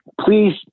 please